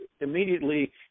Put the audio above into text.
Immediately